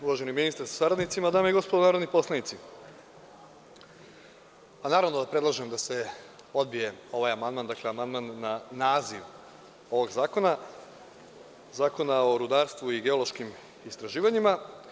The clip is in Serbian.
Uvaženi ministre sa saradnicima, dame i gospodo narodni poslanici, naravno da predlažem da se odbije ovaj amandman, dakle, amandman na naziv ovog zakona, Zakona o rudarstvu i geološkim istraživanjima.